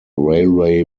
railway